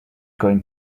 going